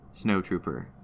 Snowtrooper